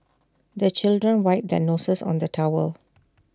the children wipe their noses on the towel